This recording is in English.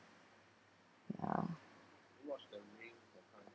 ya